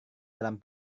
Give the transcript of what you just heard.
dalam